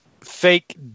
fake